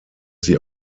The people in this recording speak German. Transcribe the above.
sie